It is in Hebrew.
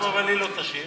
אבל היא לא תשיב.